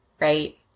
Right